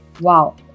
wow